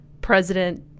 president